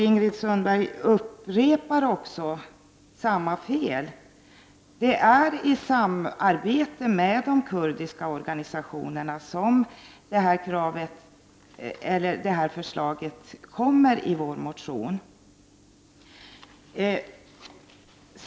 Ingrid Sundberg upprepar samma fel. Det är i samarbete med de kurdiska organisationerna som vårt motionskrav har framförts.